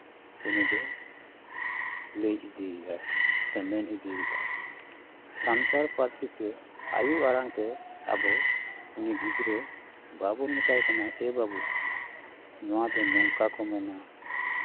ᱩᱱᱤ ᱫᱚᱭ ᱞᱟᱹᱭ ᱤᱫᱤᱭᱮᱫᱟᱭ ᱥᱮ ᱢᱮᱱ ᱤᱫᱤᱭᱮᱫᱟᱭ ᱥᱟᱱᱛᱟᱲ ᱯᱟᱹᱨᱥᱤᱛᱮ ᱟᱭᱳ ᱟᱲᱟᱝ ᱛᱮ ᱟᱵᱚ ᱩᱱᱤ ᱜᱤᱫᱽᱨᱟᱹ ᱵᱟᱵᱚᱱ ᱢᱮᱛᱟᱭ ᱠᱟᱱᱟ ᱮ ᱵᱟᱹᱵᱩ ᱱᱚᱣᱟ ᱫᱚ ᱱᱚᱝᱠᱟ ᱠᱚ ᱢᱮᱱᱟ